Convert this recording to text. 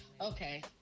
Okay